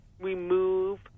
remove